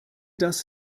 das